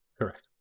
correct